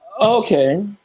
Okay